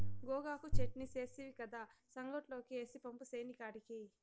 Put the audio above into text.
గోగాకు చెట్నీ సేస్తివి కదా, సంగట్లోకి ఏసి పంపు సేనికాడికి